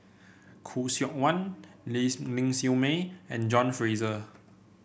Khoo Seok Wan Lees Ling Siew May and John Fraser